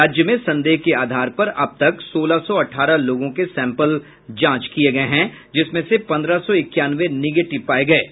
राज्य में संदेह के आधार पर अब तक सोलह सौ अठारह लोगों के सैंपल जांचे गये जिसमें से पंद्रह सौ इक्यानवे निगेटिव पाये गये हैं